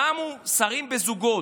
שמו שרים בזוגות.